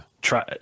try